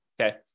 okay